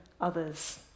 others